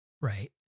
right